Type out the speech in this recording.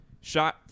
Shot